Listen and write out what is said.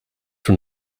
from